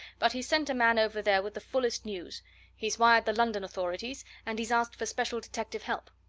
but he's sent a man over there with the fullest news he's wired the london authorities, and he's asked for special detective help.